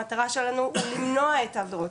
המטרה שלנו הוא למנוע את העבירות,